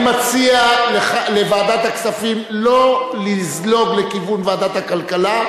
אני מציע לוועדת הכספים שלא לזלוג לכיוון ועדת הכלכלה,